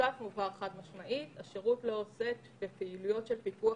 מובהר חד משמעית שהשירות לא עוסק בפעילויות של פיקוח